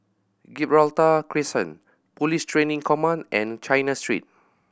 Gibraltar Crescent Police Training Command and China Street